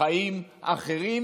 חיים אחרים,